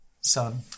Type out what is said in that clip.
son